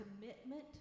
commitment